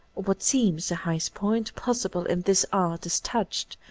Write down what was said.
or what seems the highest point, possible in this art is touched,